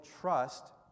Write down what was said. trust